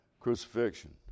crucifixion